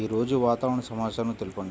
ఈరోజు వాతావరణ సమాచారం తెలుపండి